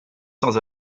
sans